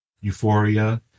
Euphoria